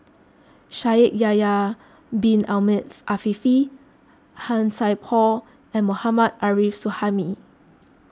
Shaikh Yahya Bin Ahmed Afifi Han Sai Por and Mohammad Arif Suhaimi